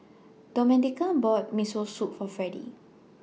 Domenica bought Miso Soup For Fredy